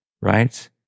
right